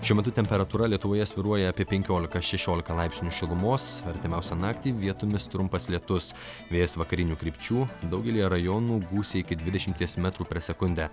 šiuo metu temperatūra lietuvoje svyruoja apie penkiolika šešiolika laipsnių šilumos artimiausią naktį vietomis trumpas lietus vėjas vakarinių krypčių daugelyje rajonų gūsiai iki dvidešimties metrų per sekundę